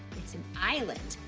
it's an island,